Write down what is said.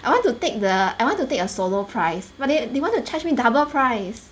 I want to take the I want to take a solo price but they they wanted to charge me double price